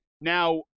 Now